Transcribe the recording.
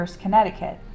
Connecticut